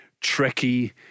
tricky